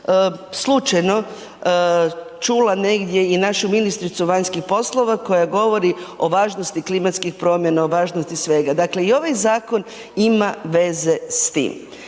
slučajno čula negdje i našu ministricu vanjskih poslova koja govori o važnosti klimatskih promjena, o važnosti svega, dakle i ovaj zakon ima veze s tim.